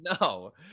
No